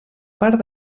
part